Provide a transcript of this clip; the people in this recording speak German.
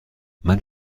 man